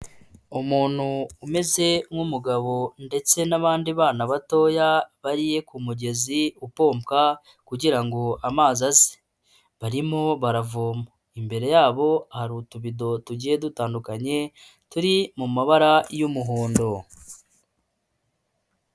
Umuntu umeze nk'umugabo ndetse n'abandi bana batoya baririye kumugezi upopwa kugira amazi aze barimo baravoma, imbere yabo hari utubido tugiye dutandukanye turi mu mabara y'umuhondo.